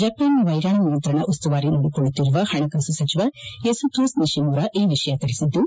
ಜಪಾನ್ನ ವೈರಾಣು ನಿಯಂತ್ರಣ ಉಸ್ತುವಾರಿ ನೋಡಿಕೊಳ್ಳುತ್ತಿರುವ ಪಣಕಾಸು ಸಚಿವ ಯಸುತೋಸ್ ನಿಶಿಮುರಾ ಈ ವಿಷಯ ತಿಳಿಸಿದ್ದು